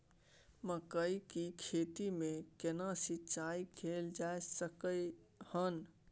मकई की खेती में केना सिंचाई कैल जा सकलय हन?